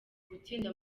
gutsinda